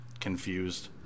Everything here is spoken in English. confused